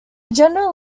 general